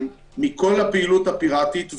זו בדיוק הדילמה של האירועים הפרטיים.